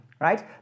right